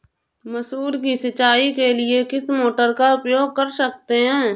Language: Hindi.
मसूर की सिंचाई के लिए किस मोटर का उपयोग कर सकते हैं?